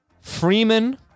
Freeman